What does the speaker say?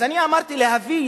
אז אני אמרתי להביא,